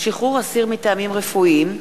(שחרור אסיר מטעמים רפואיים),